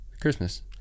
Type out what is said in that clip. christmas